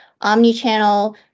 Omnichannel